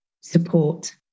support